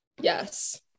Yes